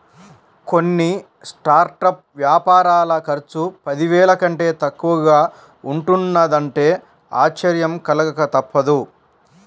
కొన్ని స్టార్టప్ వ్యాపారాల ఖర్చు పదివేల కంటే తక్కువగా ఉంటున్నదంటే ఆశ్చర్యం కలగక తప్పదు